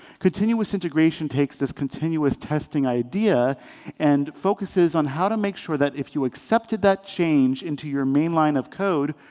continuous integration takes this continuous testing idea and focuses on how to make sure that if you accepted that change into your main line of code,